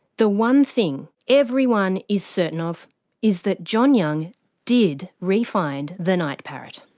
the one thing everyone is certain of is that john young did re-find the night parrot.